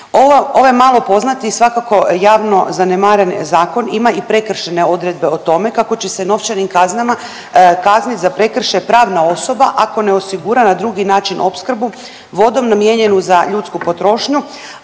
ovaj malo poznati i svakako javno zanemaren zakon ima i prekršajne odredbe o tome kako će se novčanim kaznama kaznit za prekršaj pravna osoba ako ne osigura na drugi način opskrbu vodom namijenjenu za ljudsku potrošnju